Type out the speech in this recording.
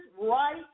right